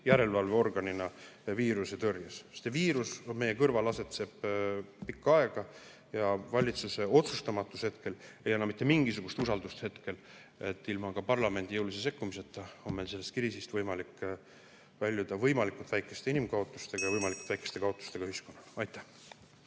järelevalveorganina viirusetõrjes. Viirus on meie kõrval pikka aega. Valitsuse otsustamatus ei anna mitte mingisugust usaldust, et ilma parlamendi jõulise sekkumiseta on meil sellest kriisist võimalik väljuda võimalikult väikeste inimkaotustega ja võimalikult väikeste kaotustega ühiskonnale. Aitäh!